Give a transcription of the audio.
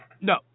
No